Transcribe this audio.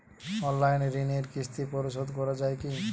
Online ঋণের কিস্তি পরিশোধ করা যায় কি?